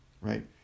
right